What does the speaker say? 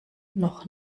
noch